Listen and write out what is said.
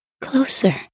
closer